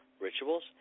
rituals